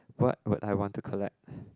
what would I want to collect